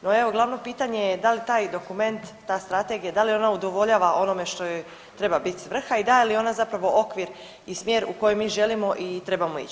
No evo glavno pitanje je da li taj dokument, ta strategija da li ona udovoljava onome što joj treba biti svrha i daje li ona zapravo okvir i smjer u koji mi želimo i trebamo ić?